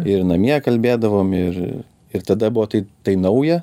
ir namie kalbėdavom ir ir tada buvo tai tai nauja